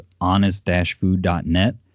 honest-food.net